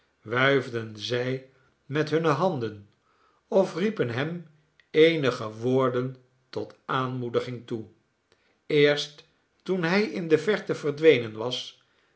wuifden zij met hunne handen of riepen hem eenige woorden tot aanmoediging toe eerst toen hij in de verte verdwenen was